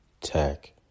tech